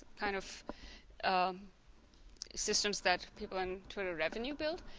kind of systems that people in twitter revenue built